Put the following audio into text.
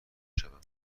شوم